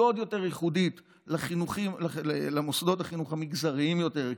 והיא עוד יותר ייחודית למוסדות החינוך המגזריים יותר,